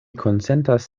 konsentas